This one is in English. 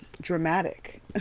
dramatic